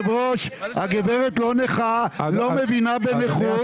הגברת לא נכה ולא מבינה בנכות.